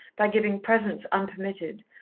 by giving presents unpermitted,